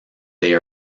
they